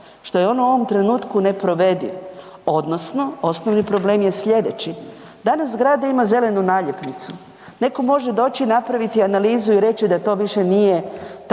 Što je on u ovom trenutku neprovediv, odnosno osnovni problem je sljedeći. Danas zgrada ima zelenu naljepnicu. Netko može doći i napraviti analizu i reći da to više nije tako